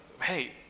hey